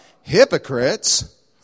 hypocrites